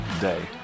day